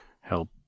help